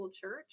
church